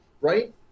right